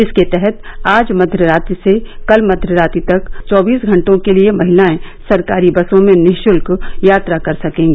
इसके तहत आज मध्यरात्रि से कल मध्यरात्रि तक चौबीस घंटों के लिए महिलाएं सरकारी बसों में नि शुल्क यात्रा कर सकेंगी